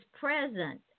Present